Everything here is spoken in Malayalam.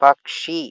പക്ഷി